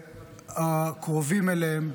והקרובים אליהם,